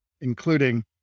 including